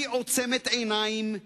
היא עוצמת עיניים,